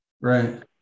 Right